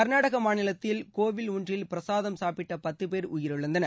கர்நாடக மாநிலத்தில் கோவில் ஒன்றில் பிரசாதம் சாப்பிட்ட பத்து பேர் உயிரிழந்தனர்